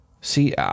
See